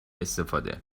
استفاده